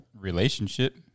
relationship